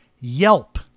Yelp